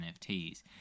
NFTs